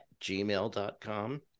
gmail.com